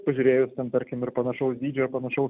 pažiūrėjus ten tarkim ir panašaus dydžio ir panašaus